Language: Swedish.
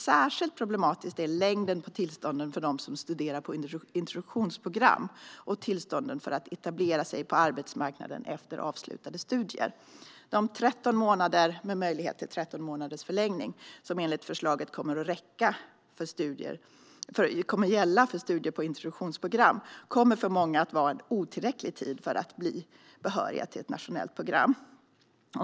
Särskilt problematisk är längden på tillstånden för dem som studerar på introduktionsprogram och tillstånden för att etablera sig på arbetsmarknaden efter avslutade studier. De 13 månader, med möjlighet till 13 månaders förlängning, som enligt förslaget kommer att gälla för studier på introduktionsprogram kommer för många att vara en otillräcklig tid för att bli behöriga till ett nationellt program.